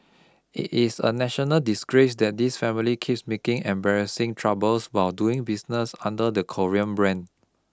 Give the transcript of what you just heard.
it is a national disgrace that this family keeps making embarrassing troubles while doing business under the 'Korea' brand